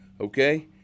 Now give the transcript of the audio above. okay